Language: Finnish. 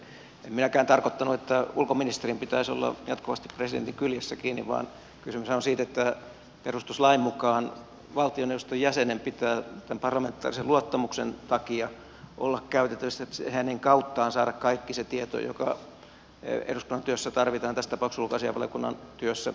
en minäkään tarkoittanut että ulkoministerin pitäisi olla jatkuvasti presidentin kyljessä kiinni vaan kysymyshän on siitä että perustuslain mukaan valtioneuvoston jäsenen pitää tämän parlamentaarisen luottamuksen takia olla käytettävissä että hänen kauttaan saadaan kaikki se tieto joka eduskunnan työssä tarvitaan tässä tapauksessa ulkoasiainvaliokunnan työssä